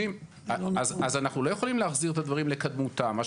אז אנחנו לא יכולים להחזיר את הדברים לקדמותם.